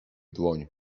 dłoń